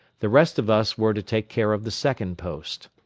the rest of us were to take care of the second post.